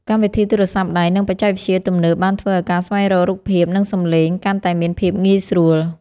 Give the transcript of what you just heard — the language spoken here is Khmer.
កម្មវិធីទូរស័ព្ទដៃនិងបច្ចេកវិទ្យាទំនើបបានធ្វើឱ្យការស្វែងរករូបភាពនិងសំឡេងកាន់តែមានភាពងាយស្រួល។